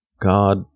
God